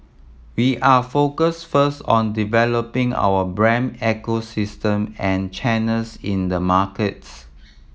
we are focused first on developing our brand ecosystem and channels in the markets